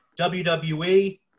WWE